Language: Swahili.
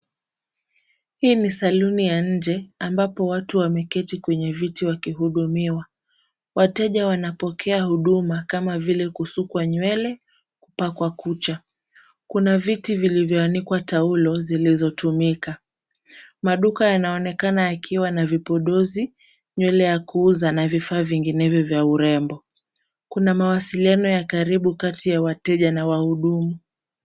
Hii ni saluni ya nje, ambapo watu wameketi kwenye viti wakihudumiwa. Wateja wanapokea huduma kama vile kusukwa nywele, kupakwa kucha. Kuna viti vilivyoanikwa taulo zilizotumika. Maduka yanaonekana yakiwa na vipodozi, nywele ya kuuza na vifaa vinginevyo vya urembo. Kuna mawasiliano ya karibu kati ya wateja na wahudumu.